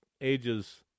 ages